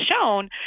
shown